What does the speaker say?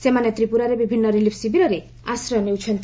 ସେମାନେ ତ୍ରିପୁରାରେ ବିଭିନ୍ନ ରିଲିଫ୍ ଶିବିରରେ ଆଶ୍ରୟ ନେଉଛନ୍ତି